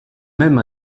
même